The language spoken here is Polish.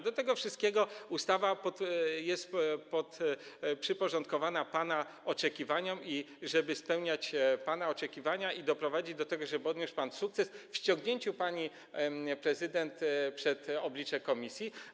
Do tego wszystkiego ustawa jest podporządkowana pana oczekiwaniom, żeby spełniać pana oczekiwania i doprowadzić do tego, żeby odniósł pan sukces w ściągnięciu pani prezydent przed oblicze komisji.